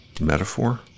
metaphor